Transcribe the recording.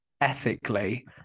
ethically